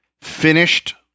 finished